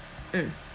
mm